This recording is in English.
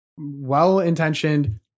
Well-intentioned